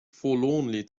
forlornly